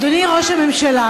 אדוני ראש הממשלה,